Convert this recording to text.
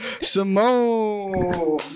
Simone